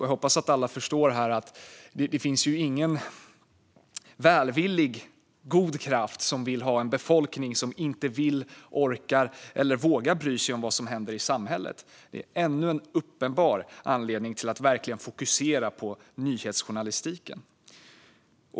Jag hoppas att alla förstår att det inte finns någon välvillig, god kraft som vill ha en befolkning som inte vill, orkar eller vågar bry sig om vad som händer i samhället. Det är ännu en uppenbar anledning till att verkligen fokusera på nyhetsjournalistiken.